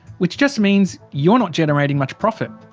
which just means you're not generating much profit.